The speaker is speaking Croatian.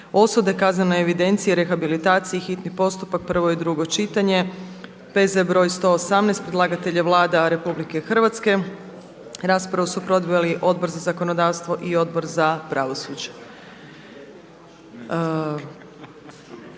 osude, kaznenoj evidenciji i rehabilitaciji, hitni postupak, prvo i drugo čitanje, P.Z. br. 118. Predlagatelj je Vlada Republike Hrvatske. Raspravu su proveli Odbor za zakonodavstvo i Odbor za pravosuđe.